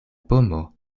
pomo